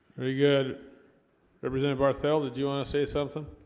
very good represented barthel did you want to say something